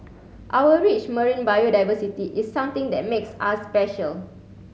our rich marine biodiversity is something that makes us special